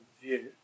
view